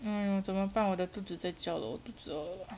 !aiyo! 怎么办我的肚子在叫了我肚子饿